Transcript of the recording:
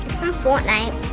fortnite.